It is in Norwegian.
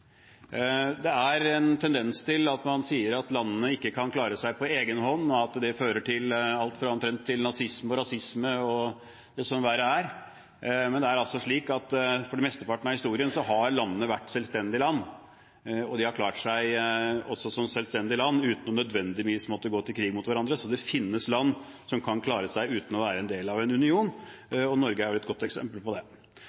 Det er en tendens til at man sier at landene ikke kan klare seg på egen hånd, og at det fører til alt fra nazisme og rasisme til det som verre er. Men det er altså slik at for mesteparten av historien har landene vært selvstendige land, og de har også klart seg som selvstendige land uten nødvendigvis å måtte gå til krig mot hverandre, så det finnes land som kan klare seg uten å være en del av en union,